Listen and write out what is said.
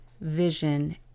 vision